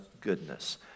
goodness